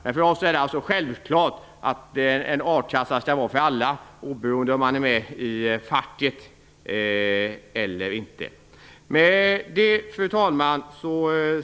Men det är självklart för oss att en a-kassa skall vara för alla oberoende om man är med i facket eller inte. Fru talman!